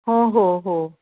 हो हो हो